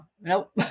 Nope